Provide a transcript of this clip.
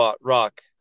rock